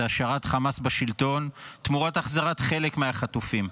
זה השארת חמאס בשלטון תמורת החזרת חלק מהחטופים.